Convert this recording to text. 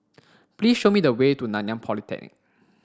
please show me the way to Nanyang Polytechnic